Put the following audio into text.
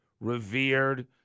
revered